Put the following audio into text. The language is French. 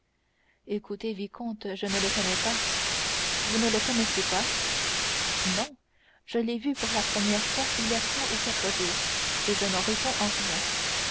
écoutez vicomte je ne le connais pas vous ne le connaissez pas non je l'ai vu pour la première fois il y a trois ou quatre jours et je n'en réponds en rien